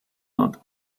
not